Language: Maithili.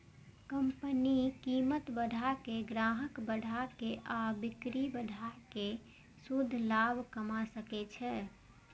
कंपनी कीमत बढ़ा के, ग्राहक बढ़ा के आ बिक्री बढ़ा कें शुद्ध लाभ कमा सकै छै